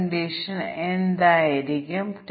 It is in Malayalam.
65 ന് മുകളിൽ ഞങ്ങൾ നിയമിക്കുന്നില്ല